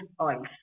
oils